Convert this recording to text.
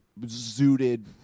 zooted